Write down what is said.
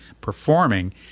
performing